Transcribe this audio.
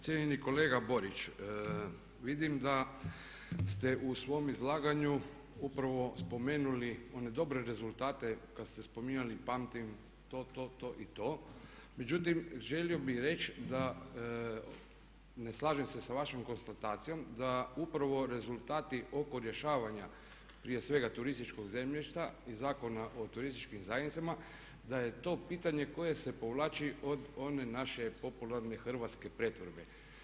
Cijenjeni kolega Borić vidim da ste u svom izlaganju upravo spomenuli one dobre rezultate kad ste spominjali pamtim to, to, to i to, međutim želio bih reći da ne slažem se sa vašom konstatacijom da upravo rezultati oko rješavanja prije svega turističkog zemljišta i Zakona o turističkim zajednicama, da je to pitanje koje se povlači od one naše popularne hrvatske pretvorbe.